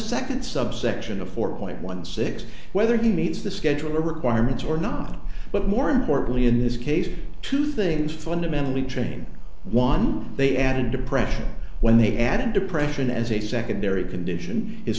second subsection a four point one six whether he meets the schedule requirements or not but more importantly in this case two things fundamentally training one they add in depression when they add depression as a secondary condition is